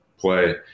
play